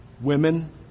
Women